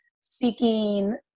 seeking